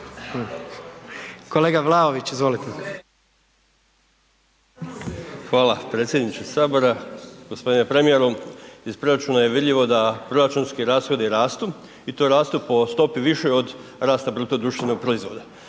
**Vlaović, Davor (HSS)** Hvala predsjedniče sabora. Gospodine premijeru iz proračuna je vidljivo da proračunski rashodi rastu i to rastu po stopi višoj od rasta bruto društvenog proizvoda.